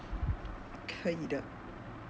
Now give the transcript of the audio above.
可以的